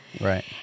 Right